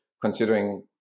considering